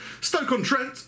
Stoke-on-Trent